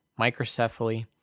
microcephaly